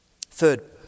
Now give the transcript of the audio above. Third